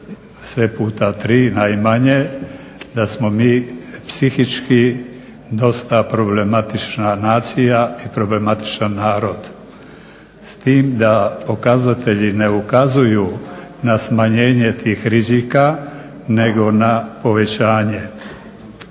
sve puta 3 najmanje, da smo mi psihički dosta problematična nacija i problematičan narod. S tim da pokazatelji ne ukazuju na smanjenje tih rizika, nego na povećanje.